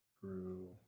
grew